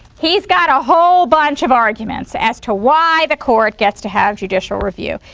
he's got a whole bunch of arguments as to why the court gets to have judicial review.